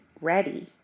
ready